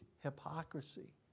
hypocrisy